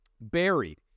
Buried